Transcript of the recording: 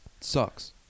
Sucks